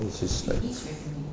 oh okay so it's like